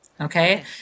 Okay